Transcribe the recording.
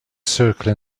circle